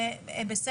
זה בסדר גמור.